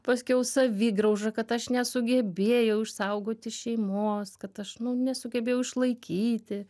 paskiau savigrauža kad aš nesugebėjau išsaugoti šeimos kad aš nu nesugebėjau išlaikyti